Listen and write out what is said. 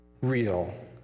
real